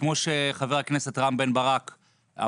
כמו שחבר הכנסת רם בן ברק אמר,